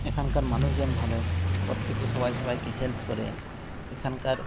এখানকার মানুষজন ভালো প্রত্যেকে সবাই সবাইকে হেল্প করে এখানকার